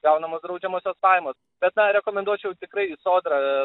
gaunamos draudžiamosios pajamos bet na rekomenduočiau tikrai į sodrą